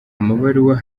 amabaruwa